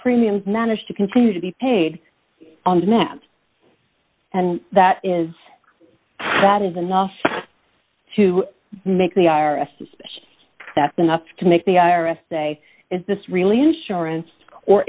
premiums managed to continue to be paid on that and that is that is enough to make the r s's that's enough to make the i r s say is this really insurance or